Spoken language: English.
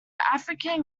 african